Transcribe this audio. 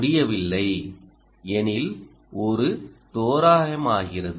முடியவில்லை எனில் ஒரு தோராயமாகிறது